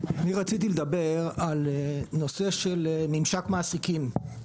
רציתי לדבר על נושא ממשק מעסיקים.